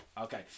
Okay